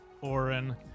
Orin